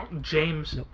James